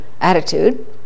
attitude